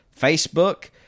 Facebook